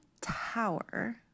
tower